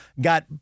got